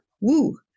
Woo